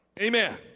Amen